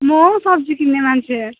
म हौ सब्जी किन्ने मान्छे